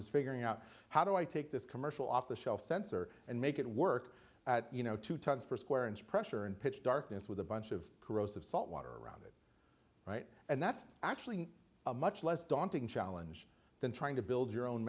was figuring out how do i take this commercial off the shelf sensor and make it work you know two tons per square inch pressure in pitch darkness with a bunch of corrosive salt water around it right and that's actually a much less daunting challenge than trying to build your own